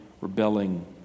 rebelling